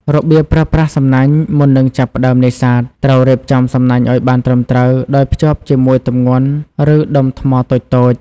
របៀបប្រើប្រាស់សំណាញ់មុននឹងចាប់ផ្តើមនេសាទ ត្រូវរៀបចំសំណាញ់ឲ្យបានត្រឹមត្រូវ ដោយភ្ជាប់ជាមួយទម្ងន់ ឬដុំថ្មតូចៗ។